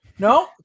No